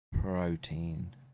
protein